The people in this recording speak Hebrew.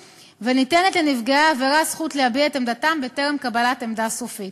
וניתנת לנפגעי העבירה זכות להביע את עמדתם בטרם קבלת עמדה סופית.